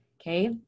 okay